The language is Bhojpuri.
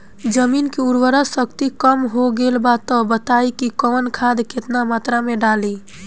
जमीन के उर्वारा शक्ति कम हो गेल बा तऽ बताईं कि कवन खाद केतना मत्रा में डालि?